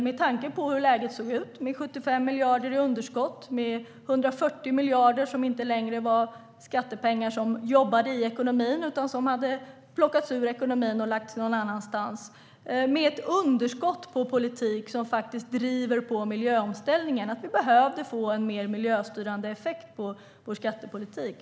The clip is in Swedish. Med 75 miljarder i underskott, 140 miljarder som inte längre var skattepengar som jobbade i ekonomin utan som hade plockats ur ekonomin och lagts någon annanstans och ett underskott på politik som drev på miljöomställningen gjorde regeringen bedömningen att vi behövde få en mer miljöstyrande effekt på skattepolitiken.